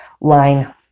line